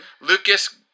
Lucas